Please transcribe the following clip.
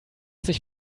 sich